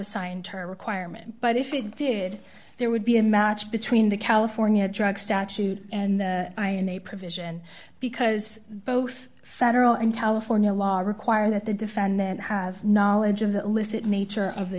a signed term requirement but if it did there would be a match between the california drug statute and i in a provision because both federal and california law require that the defendant have knowledge of the illicit nature of the